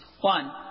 One